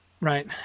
Right